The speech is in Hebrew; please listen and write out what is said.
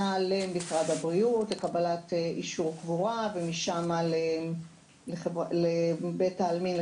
למשרד הבריאות על מנת לקבל אישור קבורה וכן בהכוונה לבית העלמין.